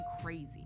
crazy